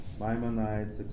Maimonides